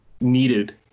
needed